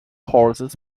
horses